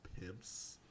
pimps